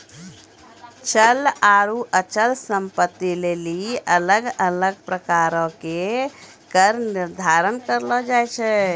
चल आरु अचल संपत्ति लेली अलग अलग प्रकारो के कर निर्धारण करलो जाय छै